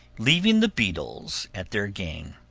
leaving the beetles at their game,